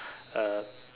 uh